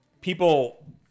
People